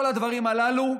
כל הדברים הללו,